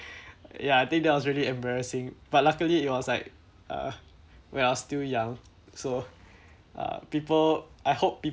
ya I think that was really embarrassing but luckily it was like uh when I was still young so uh people I hope people